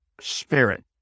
Spirit